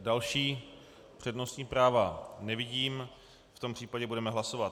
Další přednostní práva nevidím, v tom případě budeme hlasovat.